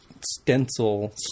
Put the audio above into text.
stencil